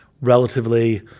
relatively